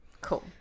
cool